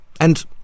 And